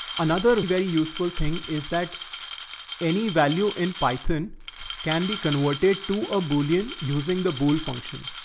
another very useful thing is that any value in python can be converted to a bullion using the bull function.